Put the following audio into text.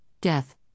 death